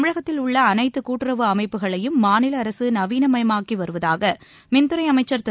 தமிழகத்தில் உள்ள அனைத்து கூட்டுறவு அமைப்புகளையும் மாநில அரசு நவீனமயமாக்கி வருவதாக மின்துறை அமைச்சர் திரு